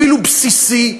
אפילו בסיסי,